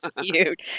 cute